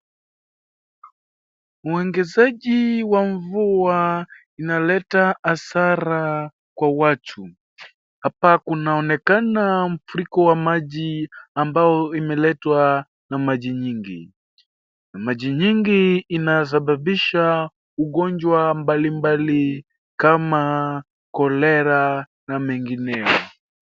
Ongezaji wa mvua inaleta hasara kwa watu. Hapa kunaonekana mfuriko wa maji ambao imeletwa na maji nyingi. Maji nyingi inasababisha ugonjwa mbalimbali kama cholera na mengineyo.